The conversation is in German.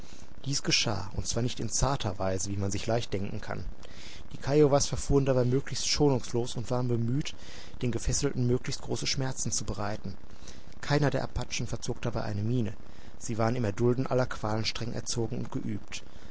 dies geschah und zwar nicht in zarter weise wie man sich leicht denken kann die kiowas verfuhren dabei möglichst schonungslos und waren bemüht den gefesselten möglichst große schmerzen zu bereiten keiner der apachen verzog dabei eine miene sie waren im erdulden aller qualen streng erzogen und geübt